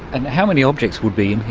and how many objects would be in here?